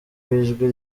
w’ijwi